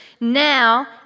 now